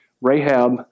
Rahab